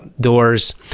Doors